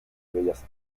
bellas